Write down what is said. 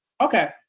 Okay